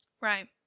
Right